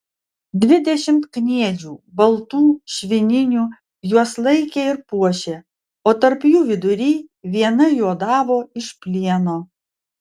dvidešimt kniedžių baltų švininių juos laikė ir puošė o tarp jų vidury viena juodavo iš plieno